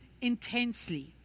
intensely